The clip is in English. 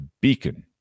beacon